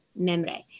memre